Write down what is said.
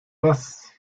was